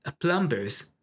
plumbers